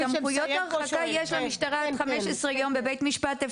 כי סמכויות הרחקה יש למשטרה עם 15 יום בבית משפט.